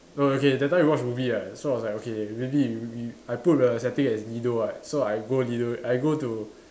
no okay that time we watch movie right so I was like okay really we I put the setting as Lido right so I go Lido I go to